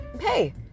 hey